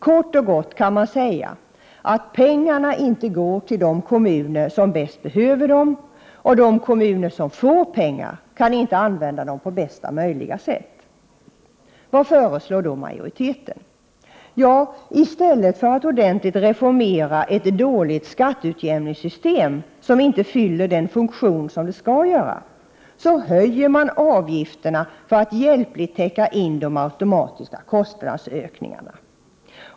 Kort och gott kan man säga att pengarna inte går till de kommuner som bäst behöver dem, och de kommuner som får pengar kan inte använda dem på bästa möjliga sätt. Vad föreslår då majoriteten? Jo, i stället för att ordentligt reformera ett dåligt skatteutjämningssystem, som inte fyller den funktion det skall göra, höjer man avgifterna för att hjälpligt täcka in de automatiska kostnadsökningarna.